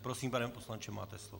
Prosím, pane poslanče, máte slovo.